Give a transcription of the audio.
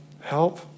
help